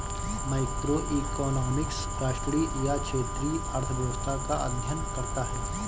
macroeconomics राष्ट्रीय या क्षेत्रीय अर्थव्यवस्था का अध्ययन करता है